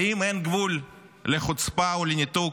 האם אין גבול לחוצפה ולניתוק?